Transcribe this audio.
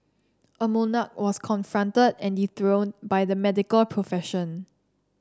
a monarch was confronted and dethroned by the medical profession